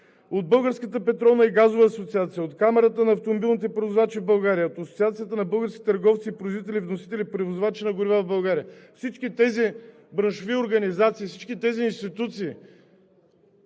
от Българската петролна и Газова асоциация, от Камарата на автомобилните превозвачи в България, от Асоциацията на българските търговци, производители, вносители и превозвачи на горива в България. Всички тези браншови организации, всички тези институции